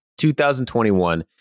2021